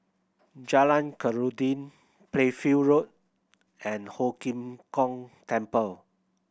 Jalan Khairuddin Playfair Road and Ho Kim Kong Temple